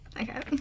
Okay